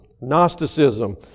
Gnosticism